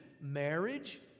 marriage